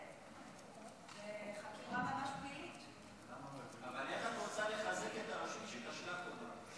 אבל איך את רוצה לחזק את הרשות שכשלה קודם?